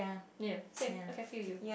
ya same I can feel you